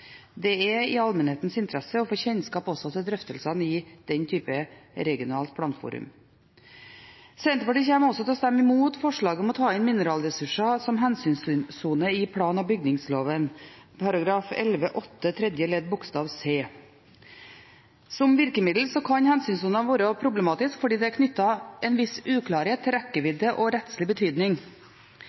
Det er i allmennhetens interesse å få kjennskap også til drøftelsene i den type regionalt planforum. Senterpartiet kommer til å stemme imot forslaget om å ta inn mineralressurser som hensynssone i plan- og bygningsloven § 11-8 tredje ledd bokstav c. Som virkemiddel kan hensynssoner være problematiske, fordi det er knyttet en viss uklarhet til rekkevidde og rettslig betydning.